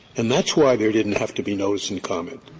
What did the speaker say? and that's why there didn't have to be notice and comment,